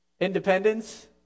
Independence